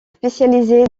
spécialisée